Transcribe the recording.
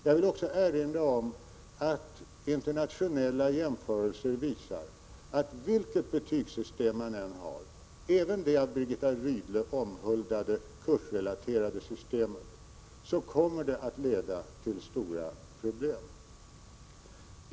Jag vill också erinra om att internationella jämförelser visar att vilket betygssystem man än har — även det av Birgitta Rydle omhuldade kursrelaterade systemet — kommer det att leda till stora problem.